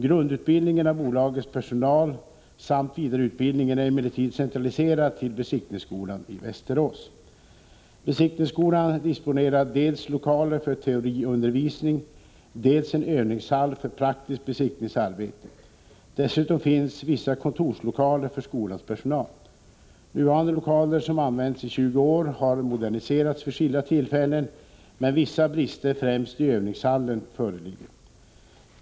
Grundutbildningen av bolagets personal samt vidareutbildningen är emellertid centraliserad till besiktningsskolan i Västerås. Besiktningsskolan disponerar dels lokaler för teoriundervisning, dels en övningshall för praktiskt besiktningsarbete. Dessutom finns vissa kontorslokaler för skolans personal. Nuvarande lokaler som använts i 20 år har moderniserats vid skilda tillfällen men vissa brister, främst i övningshallen, föreligger.